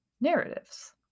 narratives